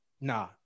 nah